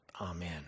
Amen